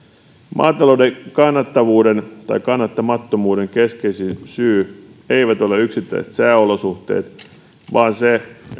maatalouden kannattavuuden tai kannattamattomuuden keskeisin syy ei ole yksittäiset sääolosuhteet vaan se